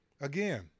Again